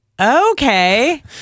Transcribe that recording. Okay